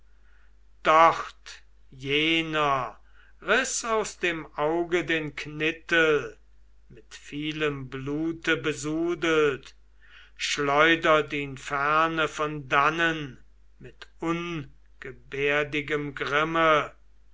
doch jener riß aus dem auge den knittel mit vielem blute besudelt schleudert ihn ferne von dannen mit ungebärdigem grimme